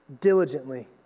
diligently